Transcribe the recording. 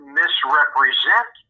misrepresent